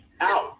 out